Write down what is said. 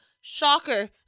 Shocker